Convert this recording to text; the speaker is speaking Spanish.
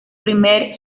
primer